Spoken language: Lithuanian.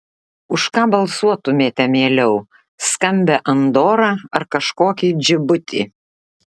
už ką balsuotumėte mieliau skambią andorą ar kažkokį džibutį